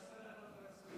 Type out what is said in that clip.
15 דקות לא יספיקו.